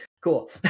Cool